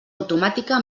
automàtica